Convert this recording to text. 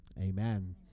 amen